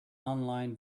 online